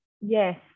Yes